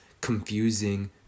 confusing